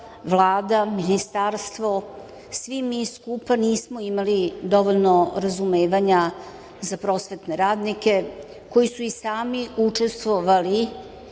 Vlada, ministarstvo, svi mi skupa nismo imali dovoljno razumevanja za prosvetne radnike koji su i sami učestvovali